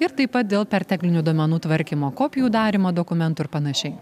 ir taip pat dėl perteklinių duomenų tvarkymo kopijų darymo dokumentų ir panašiai